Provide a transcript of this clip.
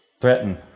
Threaten